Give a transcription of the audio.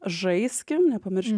žaiskim nepamirškim